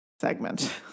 segment